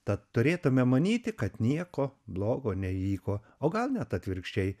tad turėtume manyti kad nieko blogo nevyko o gal net atvirkščiai